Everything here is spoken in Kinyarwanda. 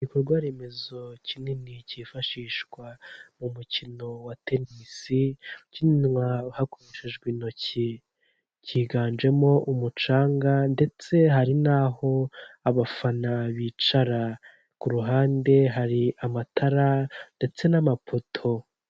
Igikorwaremezo remezo kinini cyifashishwa mu mukino wa tenisi ukinwa hakoreshejwe intoki, cyiganjemo umucanga ndetse hari naho abafana bicara ku ruhande hari amatara ndetse n'amapoto.